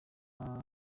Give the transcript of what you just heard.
n’aya